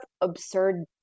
absurd